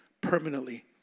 permanently